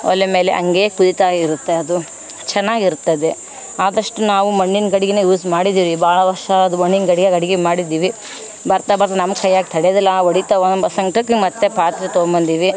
ಒಲೆ ಮೇಲೆ ಹಂಗೆ ಕುದಿತಾ ಇರುತ್ತೆ ಅದು ಚೆನ್ನಾಗಿರುತ್ತದೆ ಆದಷ್ಟು ನಾವು ಮಣ್ಣಿನ ಗಡಿಗೆ ಯೂಸ್ ಮಾಡಿದೀವ್ರಿ ಭಾಳ ವರ್ಷ ಅದು ಮಣ್ಣಿನ ಗಡಿಗ್ಯಾಗೆ ಅಡಿಗೆ ಮಾಡಿದ್ದೀವಿ ಬರ್ತಾ ಬರು ನಮ್ಮ ಕೈಯಾಗೆ ತಡೆಯೋದಿಲ್ಲ ಒಡಿತಾವ ಅಂಬೋ ಸಂಕ್ಟಕ್ಕೆ ಮತ್ತು ಪಾತ್ರೆ ತಗೊಬಂದೀವಿ